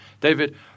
David